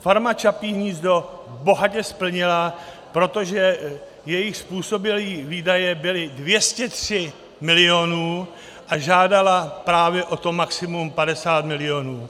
Farma Čapí hnízdo bohatě splnila, protože jejich způsobilé výdaje byly 203 miliony a žádala právě o to maximum 50 milionů.